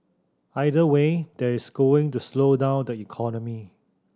either way that is going to slow down the economy